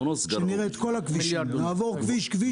נראה את כל הכבישים, ונעבור כביש-כביש.